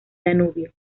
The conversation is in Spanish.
danubio